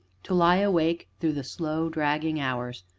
to lie awake through the slow, dragging hours,